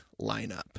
lineup